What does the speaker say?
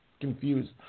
confused